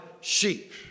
sheep